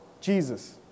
Jesus